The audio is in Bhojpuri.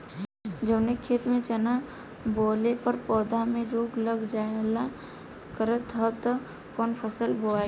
जवने खेत में चना बोअले पर पौधा में रोग लग जाईल करत ह त कवन फसल बोआई?